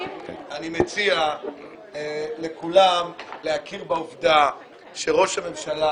אני מציע לכולם להכיר בעובדה שראש הממשלה